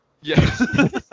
yes